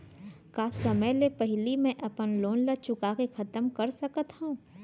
का समय ले पहिली में अपन लोन ला चुका के खतम कर सकत हव?